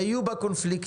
ויהיו בה קונפליקטים,